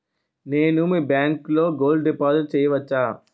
నేను మీ బ్యాంకులో గోల్డ్ డిపాజిట్ చేయవచ్చా?